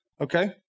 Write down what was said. okay